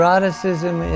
Eroticism